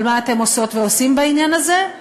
אבל מה אתם עושות ועושים בעניין הזה?